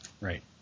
Right